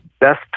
best